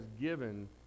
given